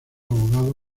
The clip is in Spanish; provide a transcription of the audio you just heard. abogado